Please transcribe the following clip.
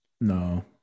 no